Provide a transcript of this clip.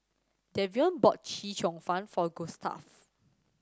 Davion bought Chee Cheong Fun for Gustav